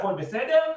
הכול בסדר,